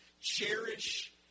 Cherish